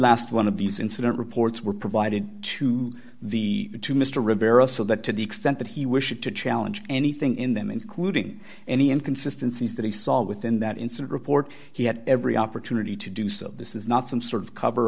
last one of these incident reports were provided to the to mr rivera so that to the extent that he wished to challenge anything in them including any inconsistency is that he saw within that incident report he had every opportunity to do so this is not some sort of cover